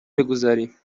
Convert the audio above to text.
بگذاریم